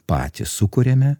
patys sukuriame